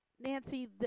Nancy